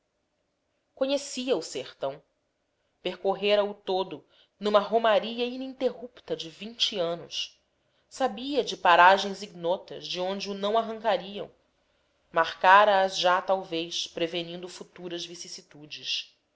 conhecia o sertão percorrera o todo numa romaria ininterrupta de vinte anos sabia de paragens ignotas de onde o não arrancariam marcara as já talvez prevenindo futuras vicissitudes